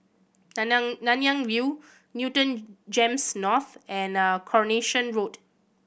Nanyang Nanyang View Newton GEMS North and Coronation Road